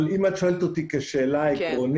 אבל אם את שואלת אותי כשאלה עקרונית,